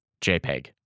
JPEG